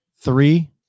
three